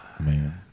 man